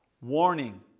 warning